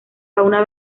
fauna